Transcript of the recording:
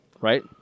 Right